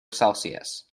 celsius